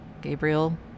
Gabriel